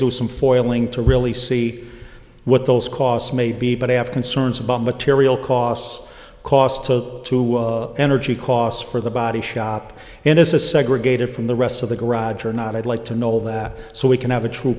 do some foiling to really see what those costs may be but i have concerns about material costs costs so to energy costs for the body shop and as a segregated from the rest of the garage or not i'd like to know all that so we can have a true